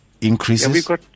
increases